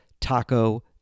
taco